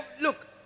look